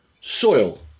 soil